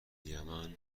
یمن